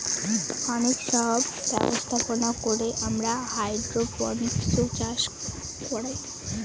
অনেক সব ব্যবস্থাপনা করে আমরা হাইড্রোপনিক্স চাষ করায়